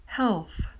health